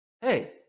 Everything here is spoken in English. Hey